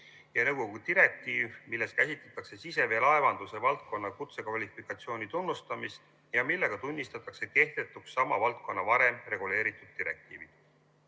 ja nõukogu direktiiv, milles käsitletakse siseveelaevanduse valdkonna kutsekvalifikatsiooni tunnustamist ja millega tunnistatakse kehtetuks sama valdkonda varem reguleerinud direktiivid.